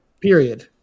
period